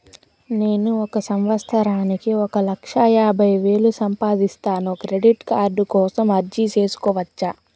నేను ఒక సంవత్సరానికి ఒక లక్ష యాభై వేలు సంపాదిస్తాను, క్రెడిట్ కార్డు కోసం అర్జీ సేసుకోవచ్చా?